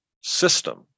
system